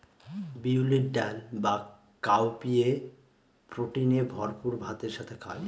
বিউলির ডাল বা কাউপিএ প্রোটিনে ভরপুর ভাতের সাথে খায়